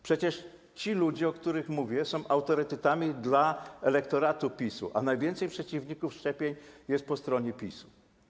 Przecież ci ludzie, o których mówię, są autorytetami dla elektoratu PiS, a najwięcej przeciwników szczepień jest po stronie PiS-u.